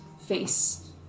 face